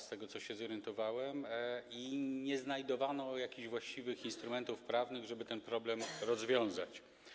Z tego, co się zorientowałem, nie znajdowano właściwych instrumentów prawnych, żeby ten problem rozwiązać.